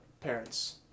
Parents